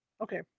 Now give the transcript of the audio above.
okay